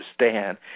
understand